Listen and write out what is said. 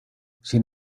sin